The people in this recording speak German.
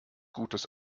gutes